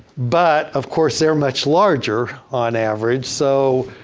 but, of course they're much larger on average. so,